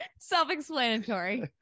self-explanatory